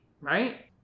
right